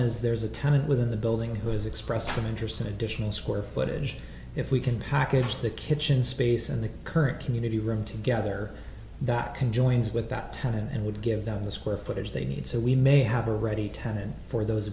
is there's a tenant within the building who has expressed an interest in additional square footage if we can package the kitchen space and the current community room together that can joins with that town and would give them the square footage they need so we may have a ready tenant for those